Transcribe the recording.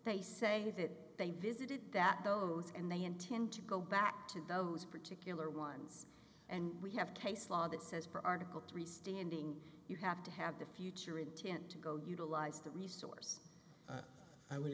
they say that it they visited that those and they intend to go back to those particular ones and we have case law that says for article three standing you have to have the future intent to go utilise the reese i would